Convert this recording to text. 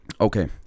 Okay